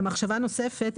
במחשבה נוספת,